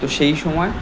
তো সেই সময়